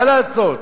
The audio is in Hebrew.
מה לעשות?